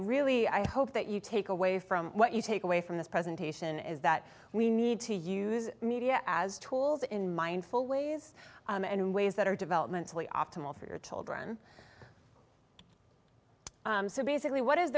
really hope that you take away from what you take away from this presentation is that we need to use media as tools in mindful ways and ways that are developmentally optimal for children so basically what is